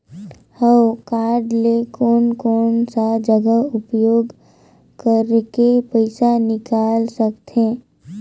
हव कारड ले कोन कोन सा जगह उपयोग करेके पइसा निकाल सकथे?